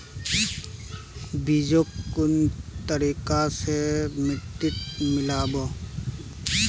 बीजक कुन तरिका स मिट्टीत मिला बो